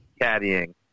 caddying